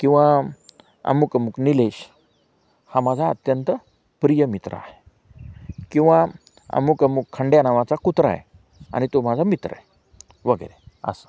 किंवा अमुक अमुक निलेश हा माझा अत्यंत प्रिय मित्र आहे किंवा अमुक अमुक खंड्या नावाचा कुत्रा आहे आणि तो माझा मित्र आहे वगैरे असा